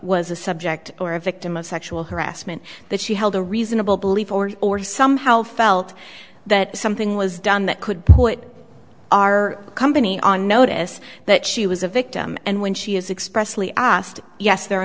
was a subject or a victim of sexual harassment that she held a reasonable belief or somehow felt that something was done that could put our company on notice that she was a victim and when she has